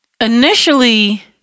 initially